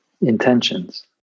intentions